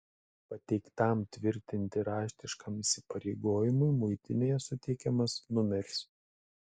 pateiktam tvirtinti raštiškam įsipareigojimui muitinėje suteikiamas numeris